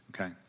Okay